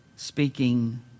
Speaking